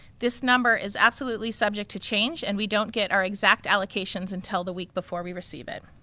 this number is absolutely subject to change and we don't get our exact allocations until the week before we receive it.